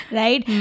right